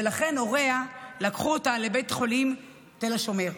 ולכן הוריה לקחו אותה לבית החולים תל השומר.